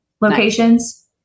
locations